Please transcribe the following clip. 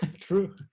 True